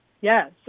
Yes